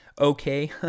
okay